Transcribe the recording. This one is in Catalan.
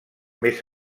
més